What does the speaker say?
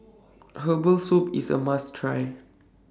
Herbal Soup IS A must Try